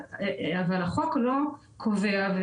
אבל החוק לא קובע,